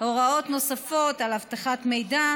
הוראות נוספות על אבטחת מידע,